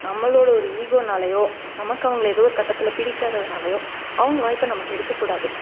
நம்மளோட ஒரு ஈகோனாலயோ நம்மக்கு அவங்களே ஏதோ ஒரு கட்டத்தில் பிடிக்காததுனாலையோ அவங்க வாய்ப்பை நம்ம கெடுக்க கூடாது